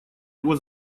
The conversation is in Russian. его